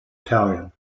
italian